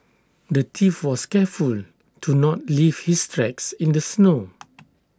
the thief was careful to not leave his tracks in the snow